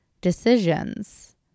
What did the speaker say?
decisions